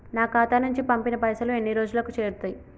నా ఖాతా నుంచి పంపిన పైసలు ఎన్ని రోజులకు చేరుతయ్?